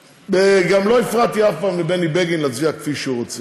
גם לא הפרעתי אף פעם לבני בגין להצביע כפי שהוא רוצה,